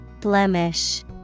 Blemish